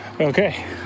Okay